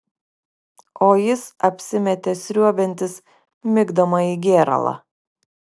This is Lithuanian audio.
o jis apsimetė sriuobiantis migdomąjį gėralą